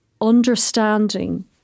understanding